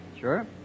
Sure